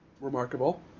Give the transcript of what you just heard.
remarkable